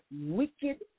wicked